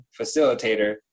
facilitator